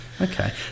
Okay